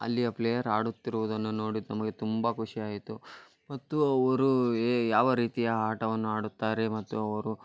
ಅಲ್ಲಿಯ ಪ್ಲೇಯರ್ ಆಡುತ್ತಿರುವುದನ್ನು ನೋಡಿ ನಮಗೆ ತುಂಬ ಖುಷಿಯಾಯಿತು ಮತ್ತು ಅವರು ಏ ಯಾವ ರೀತಿಯ ಆಟವನ್ನು ಆಡುತ್ತಾರೆ ಮತ್ತು ಅವರು